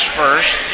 first